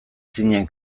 zinen